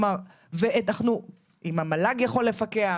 אם המל"ג יכול לפקח,